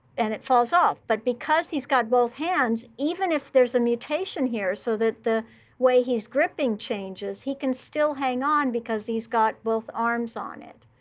and it falls off. but because he's got both hands, even if there's a mutation here so that the way he's gripping changes, he can still hang on because he's got both arms on it.